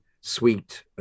sweet